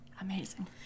amazing